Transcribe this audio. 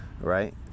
right